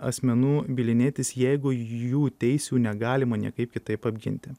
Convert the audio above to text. asmenų bylinėtis jeigu jų teisių negalima niekaip kitaip apginti